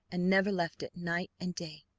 and never left it night and day.